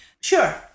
sure